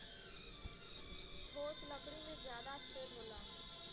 ठोस लकड़ी में जादा छेद होला